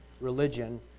religion